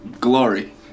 glory